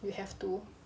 we have to